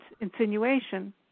insinuation